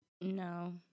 No